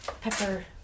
pepper